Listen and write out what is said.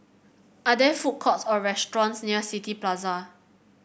are there food courts or restaurants near City Plaza